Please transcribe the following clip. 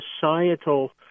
societal